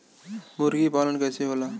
मुर्गी पालन कैसे होला?